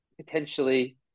potentially